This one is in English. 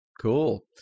Cool